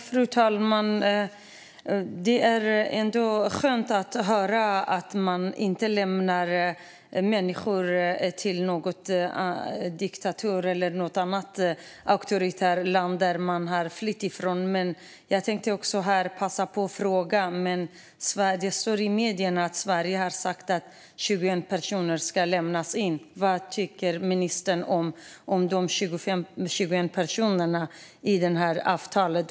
Fru talman! Det är ändå skönt att höra att man inte lämnar ut människor till en diktatur eller något annat auktoritärt land som de har flytt från. Jag tänkte passa på att ställa en fråga. Det står i medier att Sverige har sagt att 21 personer ska utlämnas. Vad tycker ministern om att dessa 21 personer har tagits med i avtalet?